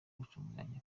gutunganya